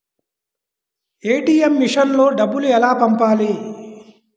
ATM మెషిన్లో డబ్బులు ఎలా పంపాలి?